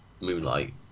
Moonlight